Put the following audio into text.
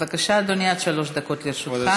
בבקשה, אדוני, עד שלוש דקות לרשותך.